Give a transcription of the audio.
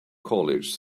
college